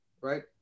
right